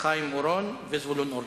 חיים אורון וזבולון אורלב.